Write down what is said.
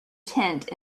tent